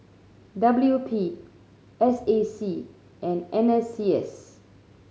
W P S A C and N S C S